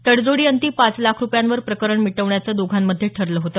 तडजोडीअंती पाच लाख रूपयांवर प्रकरण मिटवण्याचे दोघांमध्ये ठरले होते